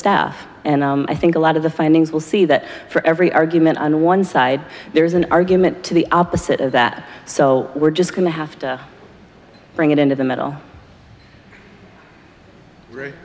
staff and i think a lot of the findings will see that for every argument on one side there's an argument to the opposite of that so we're just going to have to bring it into the middle